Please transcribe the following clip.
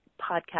podcast